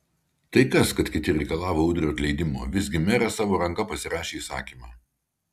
tai kas kad kiti reikalavo udrio atleidimo visgi meras savo ranka pasirašė įsakymą